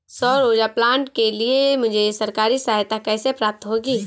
सौर ऊर्जा प्लांट के लिए मुझे सरकारी सहायता कैसे प्राप्त होगी?